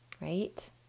right